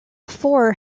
four